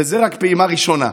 וזו רק פעימה ראשונה.